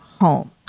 home